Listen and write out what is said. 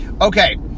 Okay